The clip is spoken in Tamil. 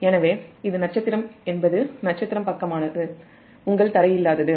எனவே இது ஸ்டார் பக்கமானது உங்கள் க்ரவுன்ட் இல்லாதது